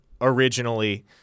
originally